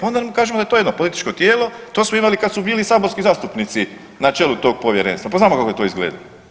Onda kažemo da je to jedno političko tijelo, to smo imali kad su bili saborski zastupnici na čelu tog povjerenstva pa znamo kako je to izgledalo.